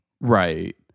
Right